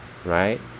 Right